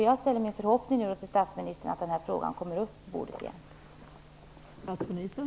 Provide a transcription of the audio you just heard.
Jag ställer nu min förhoppning till statsministern att den här frågan kommer upp på bordet igen.